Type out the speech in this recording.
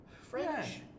French